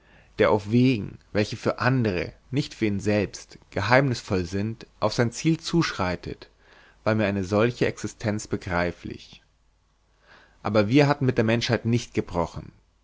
der auf wegen welche für andere nicht für ihn selbst geheimnißvoll sind auf sein ziel zuschreitet war mir eine solche existenz begreiflich aber wir hatten mit der menschheit nicht gebrochen